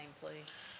please